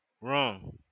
wrong